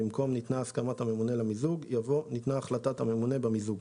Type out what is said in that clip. במקום "ניתנה הסכמת הממונה למיזוג" יבוא "ניתנה החלטת הממונה במיזוג".